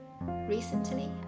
recently